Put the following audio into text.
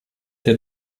der